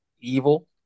evil